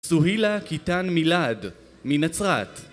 סוהילה קיטן מילד, מנצרת